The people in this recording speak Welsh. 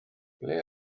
ble